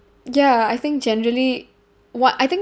ya I think generally what I think